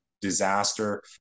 disaster